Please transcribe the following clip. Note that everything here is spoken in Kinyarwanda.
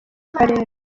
karere